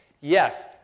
Yes